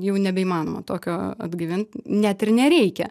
jau nebeįmanoma tokio atgaivint net ir nereikia